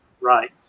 Right